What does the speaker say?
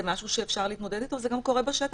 זה משהו שאפשר להתמודד אתו וזה גם קורה בשטח,